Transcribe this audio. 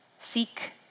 seek